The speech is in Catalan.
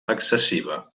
excessiva